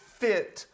fit